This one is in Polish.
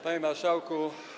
Panie Marszałku!